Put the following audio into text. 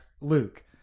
Luke